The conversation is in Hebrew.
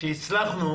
כאשר הצלחנו